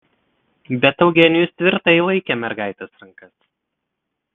bet eugenijus tvirtai laikė mergaitės rankas